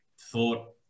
thought